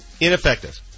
Ineffective